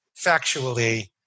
factually